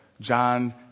John